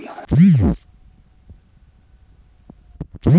মেষ প্রজননে মানুষের প্রভাবের ফলস্বরূপ, মাদী ভেড়া প্রায়শই একাধিক মেষশাবক উৎপাদন করে